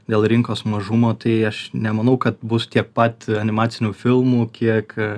dėl rinkos mažumo tai aš nemanau kad bus tiek pat animacinių filmų kiek